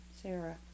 Sarah